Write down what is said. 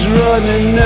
running